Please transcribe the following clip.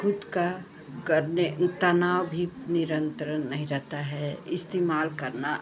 ख़ुद का करने तनाव भी नियंत्रण नहीं रहता है इस्तेमाल करना